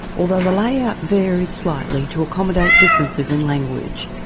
although the layout varied slightly to accommodate differences in language.